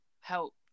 help